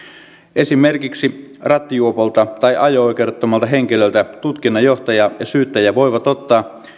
esimerkiksi rattijuopolta tai ajo oikeudettomalta henkilöltä tutkinnanjohtaja ja syyttäjä voivat ottaa